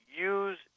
use